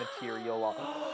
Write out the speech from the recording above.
material